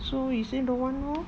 so he say don't want lor